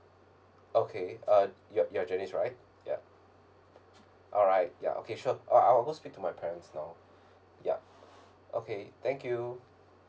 okay uh you're you're janice right ya alright ya okay sure I'll I'll go speak to my parents now yup okay thank you